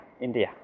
India